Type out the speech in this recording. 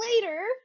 later